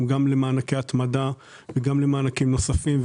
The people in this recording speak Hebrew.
גם מענקי התמדה וגם מענקים נוספים,